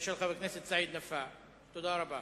תודה רבה.